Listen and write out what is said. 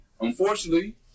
unfortunately